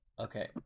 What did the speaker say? Okay